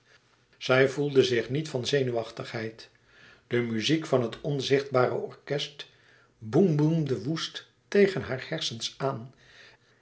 zij voelde zich niet van zenuwachtigheid de muziek van het onzichtbare orkest boemboemde woest tegen hare hersens aan